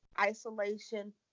isolation